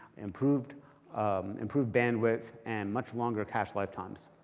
improved improved bandwidth, and much longer cache lifetimes.